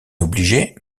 obligé